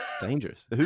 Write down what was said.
Dangerous